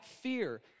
fear